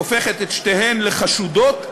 הופכת את שתיהן לחשודות,